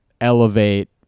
elevate